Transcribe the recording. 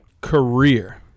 Career